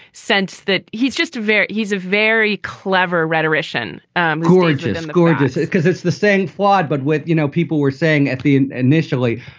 sense that he's just a very he's a very clever rhetorician gorgeous, and gorgeous, because it's the same flawed. but with you know, people were saying at the initially,